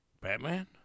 Batman